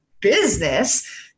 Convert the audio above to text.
business